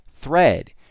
thread